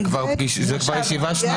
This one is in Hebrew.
זו כבר ישיבה שנייה שאני פה.